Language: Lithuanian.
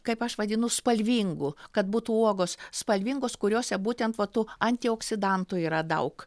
kaip aš vadinu spalvingu kad būtų uogos spalvingos kuriose būtent vat tų antioksidantų yra daug